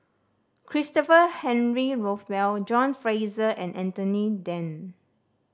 Christopher Henry Rothwell John Fraser and Anthony Then